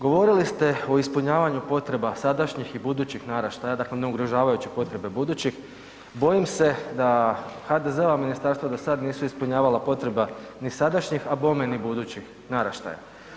Govorili ste o ispunjavanju potreba sadašnjih i budućih naraštaja, dakle ne ugrožavajući potrebe budućih, bojim se da HDZ-ova ministarstva dosad nisu ispunjavala potrebe ni sadašnjih, a bome ni budućih naraštaja.